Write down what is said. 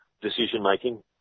decision-making